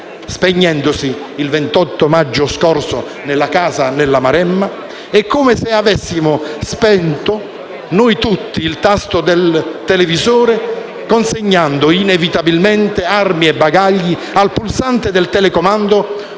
Spegnendosi il 28 maggio scorso nella casa nella Maremma, è come se avessimo spinto noi tutti il tasto del televisore, consegnandoci inevitabilmente - armi e bagagli - al pulsante del telecomando: